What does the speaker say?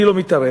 אני לא מתערב.